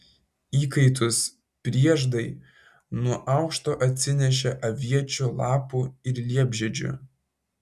įkaitus prieždai nuo aukšto atsinešė aviečių lapų ir liepžiedžių